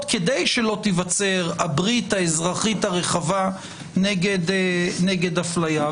כדי שלא תיווצר הברית האזרחית הרחבה נגד אפליה.